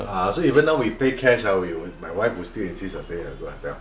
ah so even now we pay cash ah we will my wife will still insist on staying at a good hotel